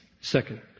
Second